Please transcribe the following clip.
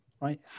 Right